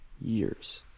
years